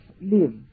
live